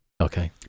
Okay